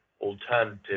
alternative